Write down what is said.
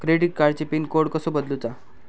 Credit कार्डची pin code कसो बदलुचा?